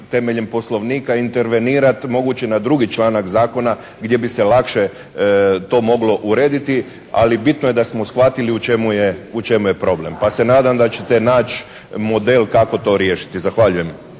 temeljem Poslovnika intervenirati moguće na 2. članak Zakona gdje bi se lakše to moglo urediti, ali bitno je da smo shvatili u čemu je problem. Pa se nadam da ćete naći model kako to riješiti? Zahvaljujem.